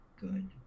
good